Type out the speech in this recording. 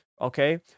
Okay